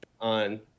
on